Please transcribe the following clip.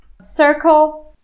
circle